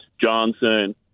Johnson